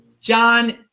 John